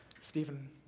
Stephen